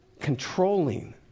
controlling